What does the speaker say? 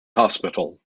hospital